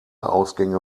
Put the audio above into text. ausgänge